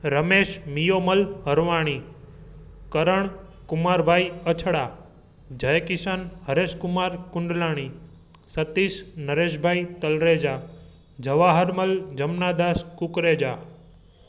Ramesh Miyomal Harwani Karan Kumar Bhai Achhra Jai Kishan Haresh Kumar Kundlani Satish Naresh Bhai Talreja Jawaharmal Jamna Das Kukreja